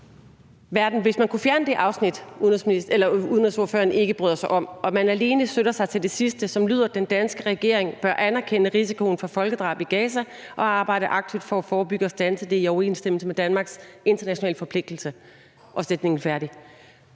Hvis man kunne fjerne det afsnit, udenrigsordføreren ikke bryder sig om og man alene støtter sig til det sidste, som lyder, at den danske regering bør anerkende risikoen for folkedrab i Gaza og arbejde aktivt for at forebygge og standse det i overensstemmelse med Danmarks internationale forpligtelse osv., ville